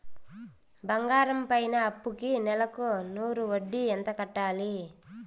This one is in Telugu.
బంగారం పైన అప్పుకి నెలకు నూరు వడ్డీ ఎంత కట్టాలి?